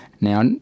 Now